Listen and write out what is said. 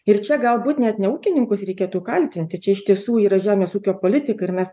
ir čia galbūt net ne ūkininkus reikėtų kaltinti čia iš tiesų yra žemės ūkio politika ir mes